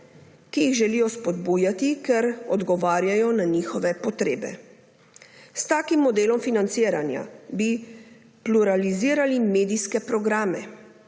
ki jih želijo spodbujati, ker odgovarjajo na njihove potrebe. S takim modelom financiranja bi pluralizirali medijske programe.